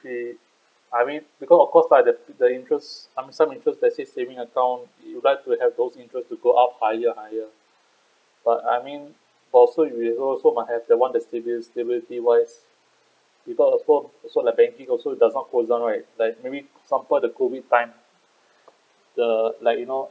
he I mean because of course lah the the interest I mean some interest let's say saving account you like to have those interest to go up higher higher but I mean also you also must have the one the stable stability wise because also also like banking also does not close down right like maybe example the COVID time the like you know